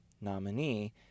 nominee